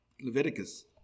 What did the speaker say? Leviticus